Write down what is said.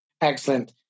Excellent